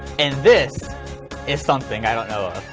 and this is something i don't know of.